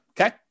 Okay